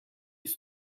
است